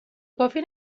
کافی